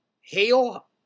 Hail